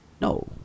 No